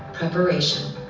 Preparation